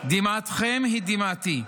דמעתכם היא דמעתי.